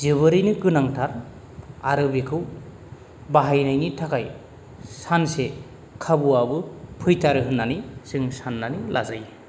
जोबोरैनो गोनांथार आरो बेखौ बाहायनायनि थाखाय सानसे खाबुवाबो फैथारो होननानै जों साननानै लाजायो